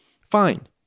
Fine